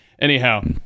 Anyhow